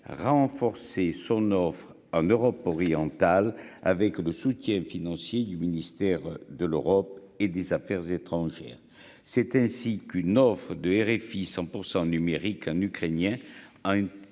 renforcer son offre en Europe orientale, avec le soutien financier du ministère de l'Europe et des Affaires étrangères, c'est ainsi qu'une offre de RFI, 100 % numérique, un Ukrainien a une